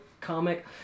comic